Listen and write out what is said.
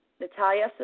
Natalia